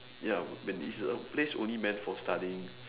ya but is a place only meant for studying